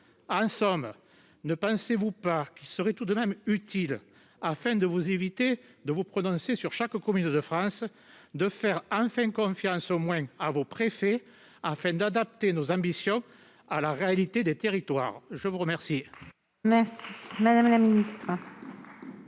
En somme, ne pensez-vous pas qu'il serait tout de même utile, afin de vous éviter de vous prononcer sur chaque commune de France, de faire enfin confiance, au moins, à vos préfets afin d'adapter nos ambitions à la réalité des territoires ? La parole est à Mme la ministre